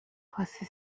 خواستی